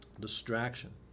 distraction